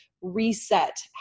reset